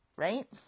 right